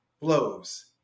blows